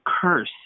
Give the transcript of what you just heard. curse